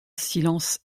silence